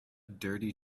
dirty